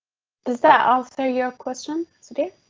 that also your question today.